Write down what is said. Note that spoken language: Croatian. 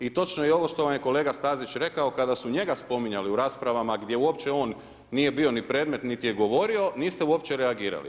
I točno je ovo što vam je kolega Stazić rekao, kada su njega spominjali u raspravama gdje uopće on nije bio ni predmet niti je govorio, niste uopće reagirali.